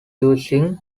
using